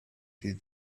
his